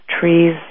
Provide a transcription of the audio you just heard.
trees